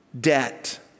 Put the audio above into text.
Debt